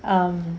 um